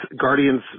Guardians